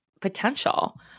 potential